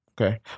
Okay